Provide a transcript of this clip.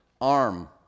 arm